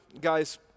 guys